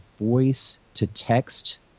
voice-to-text